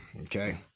Okay